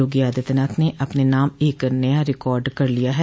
योगी आदित्यनाथ ने अपने नाम एक नया रिकार्ड दर्ज कर लिया है